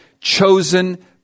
chosen